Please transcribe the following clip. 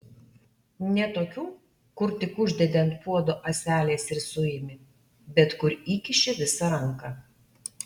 ne tokių kur tik uždedi ant puodo ąselės ir suimi bet kur įkiši visą ranką